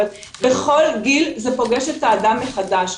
אבל בכל גיל, זה פוגש את האדם מחדש.